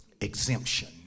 Exemption